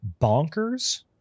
bonkers